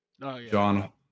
John